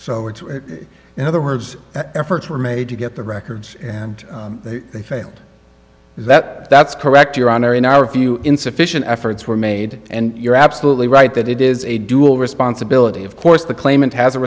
so in other words efforts were made to get the records and they failed that that's correct your honor in our view insufficient efforts were made and you're absolutely right that it is a dual responsibility of course the claimant has a